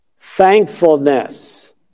Thankfulness